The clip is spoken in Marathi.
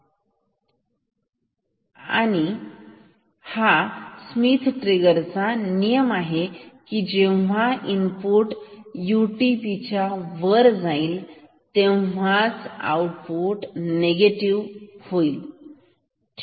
नंतर स्मिथ ट्रिगर चा असा नियम आहे की जेव्हा इनपुट यूटीपी च्या वर जाईल तेव्हा आउटपुट पॉझिटिव्ह होईल ठीक आहे